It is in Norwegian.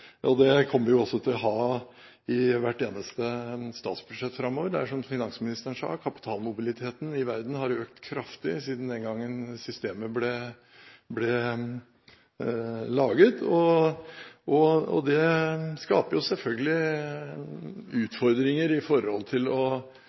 også til å gjøre i hvert eneste statsbudsjett framover. Det er som finansministeren sa, kapitalmobiliteten i verden har økt kraftig siden den gangen systemet ble laget. Det skaper selvfølgelig utfordringer med hensyn til å ligge for langt på siden av hva som er det